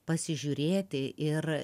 pasižiūrėti ir